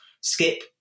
Skip